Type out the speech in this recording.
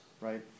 right